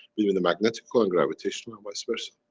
even the magnetical and gravitational and vice versa?